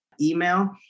email